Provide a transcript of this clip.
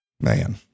man